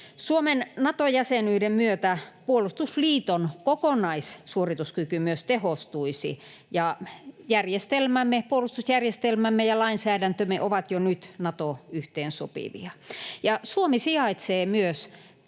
Suomen Nato-jäsenyyden myötä puolustusliiton kokonaissuorituskyky myös tehostuisi, ja puolustusjärjestelmämme ja lainsäädäntömme ovat jo nyt Nato-yhteensopivia. Suomi sijaitsee myös